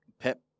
Pep